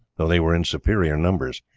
though they were in superior numbers,